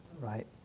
Right